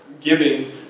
giving